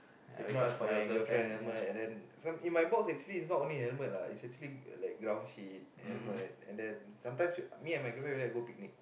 if not my girlfriend helmet and then in my box basically is not only helmet lah is actually the ground sheet helmet sometimes me and my girlfriend would like to go picnic